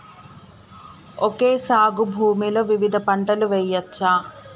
Okay సాగు భూమిలో వివిధ పంటలు వెయ్యచ్చా?